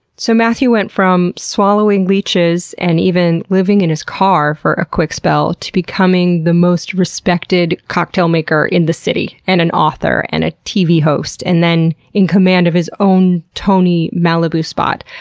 so, matthew went from swallowing leeches and even living in his car for a quick spell to becoming the most respected cocktail maker in the city, and an author, and a tv host, and then in command of his own tony malibu spot,